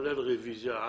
כולל רביזיה.